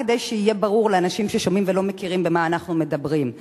רק כדי שיהיה ברור לאנשים ששומעים ולא מכירים במה אנחנו מדברים.